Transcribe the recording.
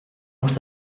noch